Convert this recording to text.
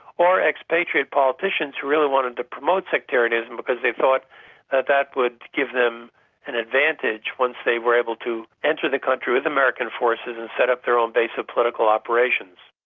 or expatriate politicians who really wanted to promote sectarianism because they thought that that would give them an advantage once they were able to enter the country with american forces and set up their own base of political operations.